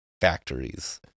factories